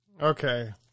Okay